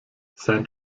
sein